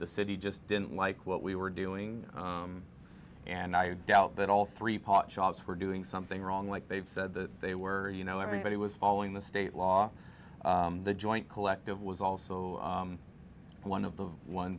the city just didn't like what we were doing and i doubt that all three potshots were doing something wrong like they've said that they were you know everybody was following the state law joint collective was also one of the one